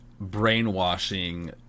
brainwashing